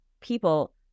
people